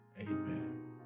Amen